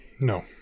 no